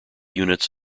units